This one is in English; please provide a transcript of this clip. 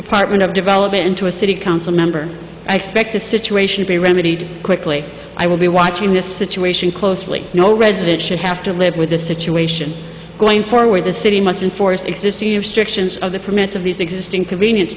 department of develop it into a city council member i expect the situation to be remedied quickly i will be watching this situation closely no resident should have to live with the situation going forward the city must enforce existing instructions of the permits of these existing convenience